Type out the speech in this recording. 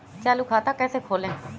चालू खाता कैसे खोलें?